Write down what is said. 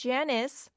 Janice